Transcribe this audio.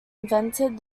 invented